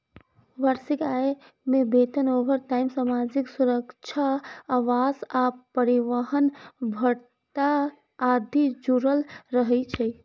वार्षिक आय मे वेतन, ओवरटाइम, सामाजिक सुरक्षा, आवास आ परिवहन भत्ता आदि जुड़ल रहै छै